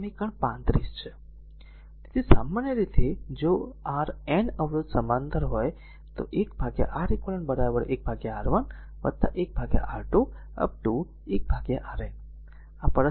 તેથી સામાન્ય રીતે જો r N અવરોધ સમાંતર હોય તો 1 R eq 1 R1 1 R2 up to 1 1 Rn